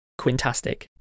Quintastic